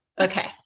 Okay